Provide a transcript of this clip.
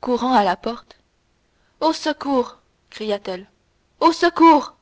courant à la porte au secours cria-t-elle au secours